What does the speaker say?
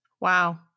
Wow